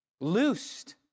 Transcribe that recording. loosed